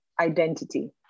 identity